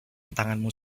tanganmu